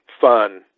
fun